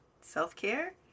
self-care